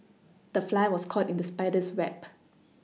the fly was caught in the spider's web